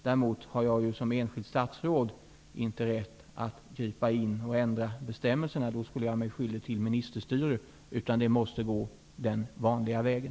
Däremot har jag som enskilt statsråd inte rätt att gripa in och ändra bestämmelserna. Då skulle jag göra mig skyldig till ministerstyre. Det måste gå den vanliga vägen.